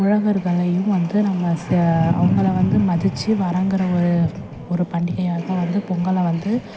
உழவர்களையும் வந்து நம்ம ச அவங்கள வந்து மதித்து வரங்கிற ஒரு ஒரு பண்டிகையாகதான் வந்து பொங்கலை வந்து